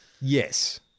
Yes